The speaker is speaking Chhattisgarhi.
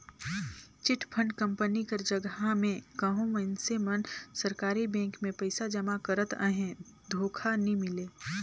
चिटफंड कंपनी कर जगहा में कहों मइनसे मन सरकारी बेंक में पइसा जमा करत अहें धोखा नी मिले